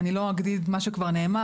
אני לא אגיד מה שכבר נאמר,